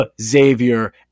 Xavier